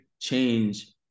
change